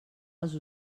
els